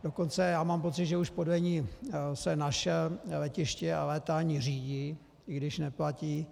Dokonce mám pocit, že už podle ní se naše letiště a létání řídí, i když neplatí.